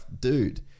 dude